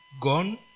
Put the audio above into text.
gone